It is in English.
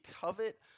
covet